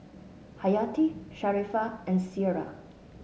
Hayati Sharifah and Syirah